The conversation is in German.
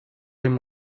dem